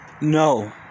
No